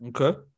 Okay